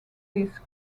his